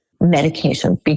medication